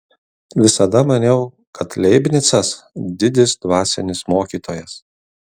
visada maniau kad leibnicas didis dvasinis mokytojas